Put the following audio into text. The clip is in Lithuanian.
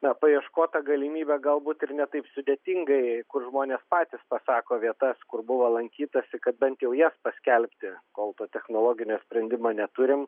na paieškot tą galimybę galbūt ir ne taip sudėtingai kur žmonės patys pasako vietas kur buvo lankytasi kad bent jau jas paskelbti kol to technologinio sprendimo neturim